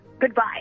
Goodbye